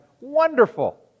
Wonderful